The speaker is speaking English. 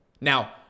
Now